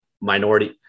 minority